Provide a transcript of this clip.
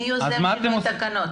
מי יוזם את התקנות?